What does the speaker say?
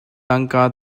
tangka